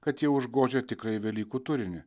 kad jie užgožia tikrąjį velykų turinį